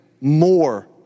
more